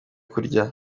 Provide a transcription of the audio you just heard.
kurya